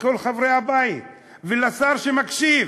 לכל חברי הבית ולשר שמקשיב: